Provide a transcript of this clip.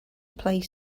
play